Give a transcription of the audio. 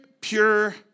pure